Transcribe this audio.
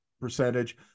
percentage